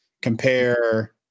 compare